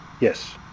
Yes